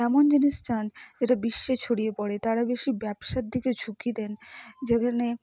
এমন জিনিস চান যেটা বিশ্বে ছড়িয়ে পড়ে তারা বেশি ব্যবসার দিকে ঝুঁকি নেন যেখানে